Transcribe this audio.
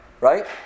Right